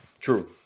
True